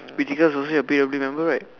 pretty girls also say happy every member right